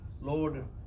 Lord